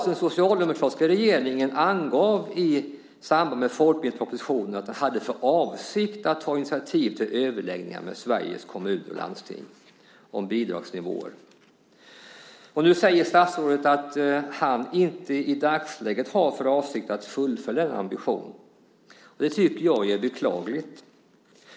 Den socialdemokratiska regeringen angav i samband med folkbildningspropositionen att den hade för avsikt att ta initiativ till överläggningar med Sveriges Kommuner och Landsting om bidragsnivåer. Nu säger statsrådet att han i dagsläget inte har för avsikt att fullfölja den ambitionen. Det är beklagligt.